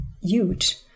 huge